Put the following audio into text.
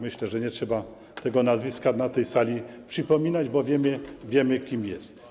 Myślę, że nie trzeba tego nazwiska na tej sali przypominać, bo wiemy, kim jest.